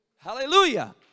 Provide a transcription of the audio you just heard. Hallelujah